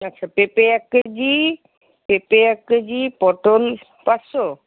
আচ্ছা পেঁপে এক কেজি পেঁপে এক কেজি পটল পাঁচশো